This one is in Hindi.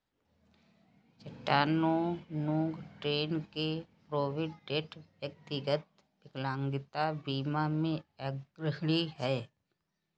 चट्टानूगा, टेन्न के प्रोविडेंट, व्यक्तिगत विकलांगता बीमा में अग्रणी हैं